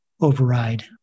override